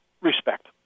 Respect